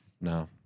No